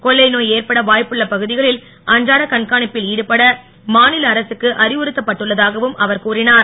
கொன்ளை நோய் ஏற்பட வாய்ப்புள்ள பகுதிகளில் அன்றாட கண்காணிப்பில் ஈடுபட மாநில அரசுக்கு அறிவுறுத்தப்பட்டுள்ளதாகவும் அவர் கூறினார்